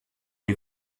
les